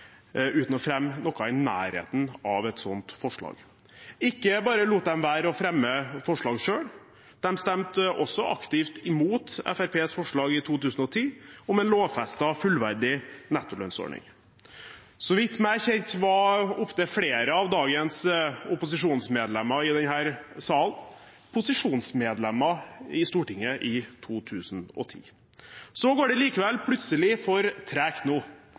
uten å fremme noe i nærheten av et sånt forslag. Ikke bare lot de være å fremme forslag selv, men de stemte også aktivt imot Fremskrittspartiets forslag i 2010 om en lovfestet, fullverdig nettolønnsordning. Meg bekjent var opptil flere av dagens opposisjonsmedlemmer i denne salen posisjonsmedlemmer i Stortinget i 2010. Så går det likevel plutselig for tregt nå.